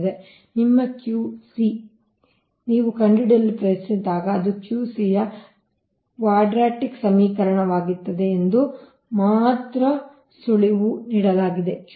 ನಿಮ್ಮ Q c ನೀವು ಕಂಡುಹಿಡಿಯಲು ಪ್ರಯತ್ನಿಸಿದಾಗ ಅದು Q c ಯ ಕ್ವಾಡ್ರಾಟಿಕ್ ಸಮೀಕರಣವಾಗಿರುತ್ತದೆ ಎಂದು ಮಾತ್ರ ಸುಳಿವು ನೀಡಲಾಗಿದೆ